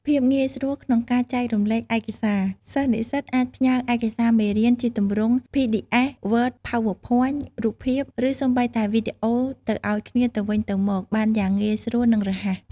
ភាពងាយស្រួលក្នុងការចែករំលែកឯកសារ សិស្សនិស្សិតអាច ផ្ញើរឯកសារមេរៀន ជាទម្រង់ ភីឌីអេស, វើត,ផៅវើភ័ញ, រូបភាព ឬសូម្បីតែវីដេអូទៅឲ្យគ្នាទៅវិញទៅមកបានយ៉ាងងាយស្រួល និងរហ័ស។